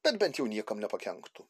bet bent jau niekam nepakenktų